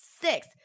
six